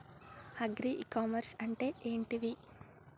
Agri e commerce అంటే ఏంటిది?